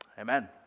Amen